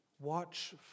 Watch